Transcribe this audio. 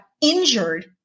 injured